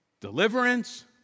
Deliverance